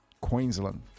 Queensland